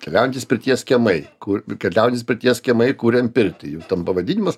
keliaujantys pirties kiemai kur keliaujantys pirties kiemai kuriam pirtį juk ten pavadinimas